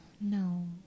No